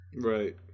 right